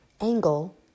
Angle